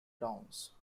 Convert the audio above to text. downs